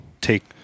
take